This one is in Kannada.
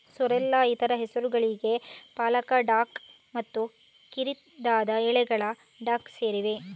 ಸೋರ್ರೆಲ್ನ ಇತರ ಹೆಸರುಗಳಲ್ಲಿ ಪಾಲಕ ಡಾಕ್ ಮತ್ತು ಕಿರಿದಾದ ಎಲೆಗಳ ಡಾಕ್ ಸೇರಿವೆ